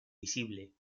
visible